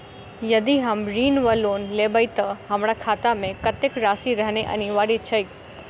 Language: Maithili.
यदि हम ऋण वा लोन लेबै तऽ हमरा खाता मे कत्तेक राशि रहनैय अनिवार्य छैक?